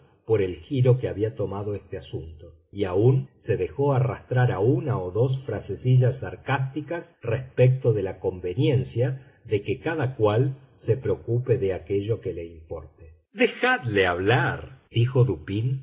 por el giro que había tomado este asunto y aun se dejó arrastrar a una o dos frasecillas sarcásticas respecto de la conveniencia de que cada cual se preocupe de aquello que le importe dejadle hablar dijo dupín